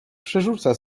przerzuca